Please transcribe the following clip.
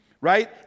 right